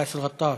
באסל גטאס?